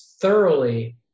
thoroughly